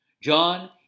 John